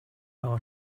our